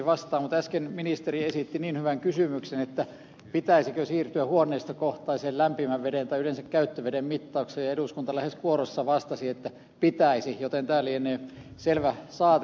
mutta äsken ministeri esitti hyvän kysymyksen siitä pitäisikö siirtyä huoneistokohtaiseen lämpimän veden tai yleensä käyttöveden mittaukseen ja eduskunta lähes kuorossa vastasi että pitäisi joten tämä lienee selvä saate